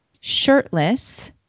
shirtless